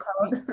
called